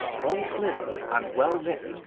bronze-limbed and well-knit,